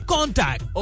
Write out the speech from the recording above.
Contact